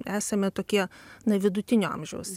esame tokie na vidutinio amžiaus